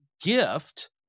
gift